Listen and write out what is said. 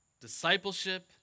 Discipleship